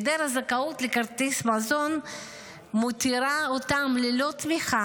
היעדר הזכאות לכרטיס מזון מותירה אותם ללא תמיכה,